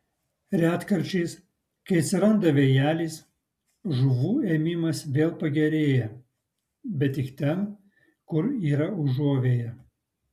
retkarčiais kai atsiranda vėjelis žuvų ėmimas vėl pagerėja bet tik ten kur yra užuovėja